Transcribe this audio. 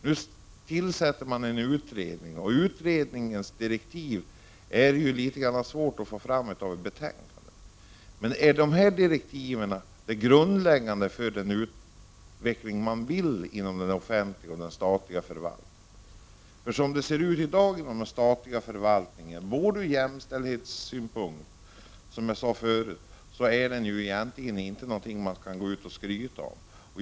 Nu tillsätts en utredning, och dess direktiv är det svårt att utläsa i betänkandet. Men är direktiven grundläggande för den utveckling som man vill ha inom den offentliga och statliga förvaltningen? Som det ser ut i dag inom den statliga förvaltningen ur jämställdhetssyn punkt är det, som jag sade förut, egentligen inte någonting man kan gå ut och skryta om.